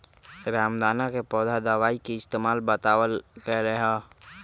रामदाना के पौधा दवाई के इस्तेमाल बतावल गैले है